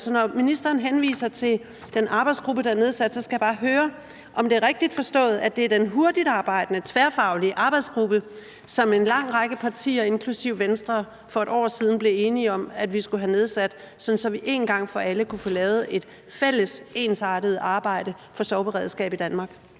Så når ministeren henviser til den arbejdsgruppe, der er nedsat, skal jeg bare høre, om det er rigtigt forstået, at det er den hurtigtarbejdende tværfaglige arbejdsgruppe, som en lang række partier inklusive Venstre for et år siden blev enige om at vi skulle have nedsat, sådan at vi en gang for alle kunne få lavet et fælles ensartet arbejde for sorgberedskab i Danmark.